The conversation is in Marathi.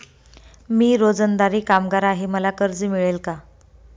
मी रोजंदारी कामगार आहे मला कर्ज मिळेल का?